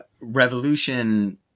revolution